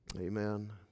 Amen